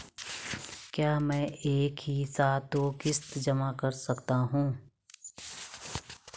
क्या मैं एक ही साथ में दो किश्त जमा कर सकता हूँ?